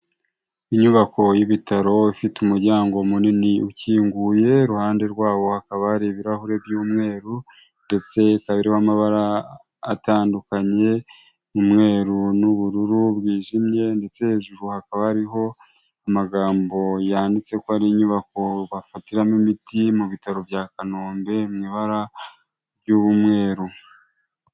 Inyubako y'ibitaro ifite umuryango munini ukinguye iruhande rwawo hakaba hari ibirahure by'umweru, ndetse ikaba iriho amabara atandukanye, umweru n'ubururu bwijimye ndetse hakaba hariho amagambo yanditse ko ari inyubako bafatiramo imiti mu bitaro bya kanombe mw’ibara ry'umweru.